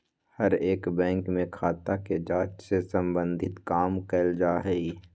हर एक बैंक में खाता के जांच से सम्बन्धित काम कइल जा हई